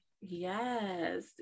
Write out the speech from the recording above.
Yes